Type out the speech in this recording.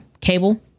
cable